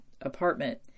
apartment